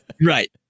Right